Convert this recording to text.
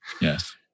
Yes